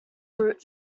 fruit